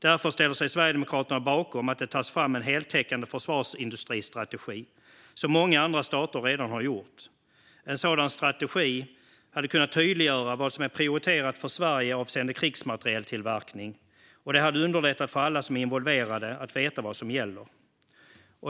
Därför ställer sig Sverigedemokraterna bakom att det tas fram en heltäckande försvarsindustristrategi, vilket många andra stater redan har gjort. En sådan strategi hade kunnat tydliggöra vad som är prioriterat för Sverige avseende krigsmaterieltillverkning, och den hade underlättat för alla som är involverade att veta vad som gäller.